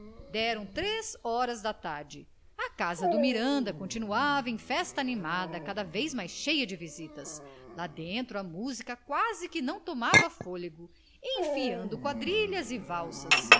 deram três horas da tarde a casa do miranda continuava em festa animada cada vez mais cheia de visitas lá dentro a música quase que não tomava fôlego enfiando quadrilhas e valsas